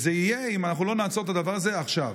וזה יהיה, אם אנחנו לא נעצור את הדבר הזה עכשיו.